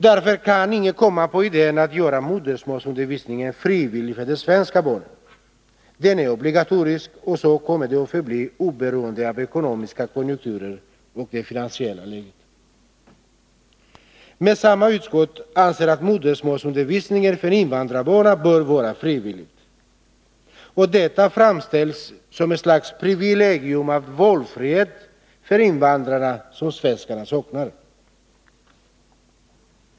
Därför kan ingen komma på idén att göra modersmålsundervisningen frivillig för de svenska barnen: den är obligatorisk och så kommer den att förbli, oberoende av de ekonomiska konjunkturerna och det finansiella läget. Men samma utskott anser att modersmålsundervisningen för invandrarbarn bör vara frivillig. Och detta framställs som ett slags privilegium i fråga om valfrihet för invandrarna som svenskarna saknar.